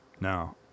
No